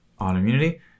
autoimmunity